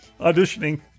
auditioning